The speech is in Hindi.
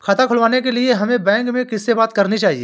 खाता खुलवाने के लिए हमें बैंक में किससे बात करनी चाहिए?